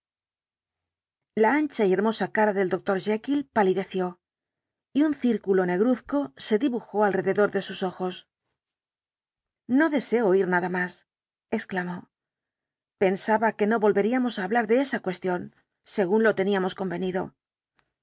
la ancha y hermosa cara del doctor jekyll palideció y un círculo negruzco se dibujó alrededor de sus ojos no deseo oír nada más exclamó pensaba que no volveríamos á hablar de esa cuestión según lo teníamos convenido